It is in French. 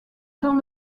dans